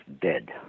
dead